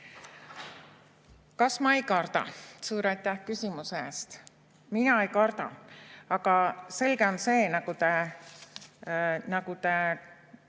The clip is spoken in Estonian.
Kas ma ei karda? Suur aitäh küsimuse eest! Mina ei karda. Aga selge on see, nagu te